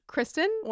Kristen